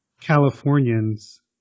Californians